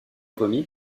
remis